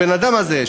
או האדם הזה,